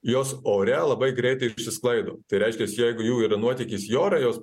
jos ore labai greitai išsisklaido tai reiškias jeigu jų yra nuotykis į ora jos